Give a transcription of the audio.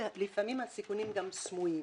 ולפעמים הסיכונים גם סמויים.